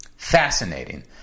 Fascinating